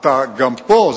גם פה,